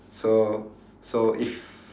so so if